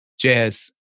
Jazz